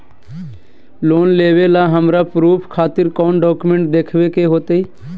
Loan लेबे ला हमरा प्रूफ खातिर कौन डॉक्यूमेंट देखबे के होतई?